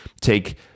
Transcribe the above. take